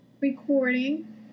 recording